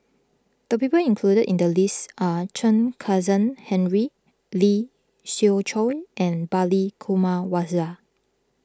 the people included in the list are Chen Kezhan Henri Lee Siew Choh and Balli Kauma Waswal